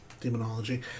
demonology